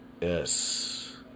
Yes